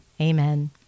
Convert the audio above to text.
Amen